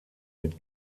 mit